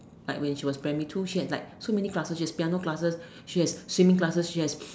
like when she was primary two she has like so many classes she has piano classes she has swimming classes she has